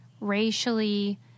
racially